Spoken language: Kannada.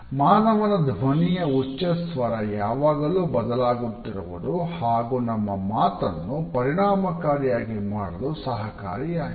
ಮಾನವನ ಧ್ವನಿಯ ಉಚ್ಚಸ್ವರ ಯಾವಾಗಲೂ ಬದಲಾಗುತ್ತಿರುವುದು ಹಾಗು ನಮ್ಮ ಮಾತನ್ನು ಪರಿಣಾಮಕಾರಿಯನ್ನಾಗಿ ಮಾಡಲು ಸಹಕಾರಿಯಾಗಿದೆ